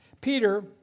Peter